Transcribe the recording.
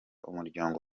umuryango